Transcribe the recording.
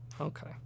Okay